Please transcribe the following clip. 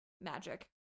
magic